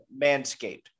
Manscaped